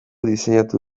diseinatu